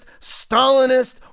Stalinist